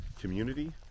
community